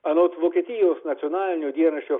anot vokietijos nacionalinio dienraščio